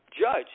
judge